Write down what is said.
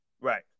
Right